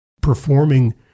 performing